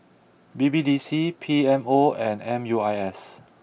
B B D C P M O and M U I S